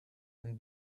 and